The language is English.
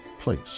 place